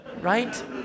right